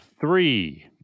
three